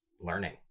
learning